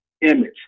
Image